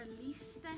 release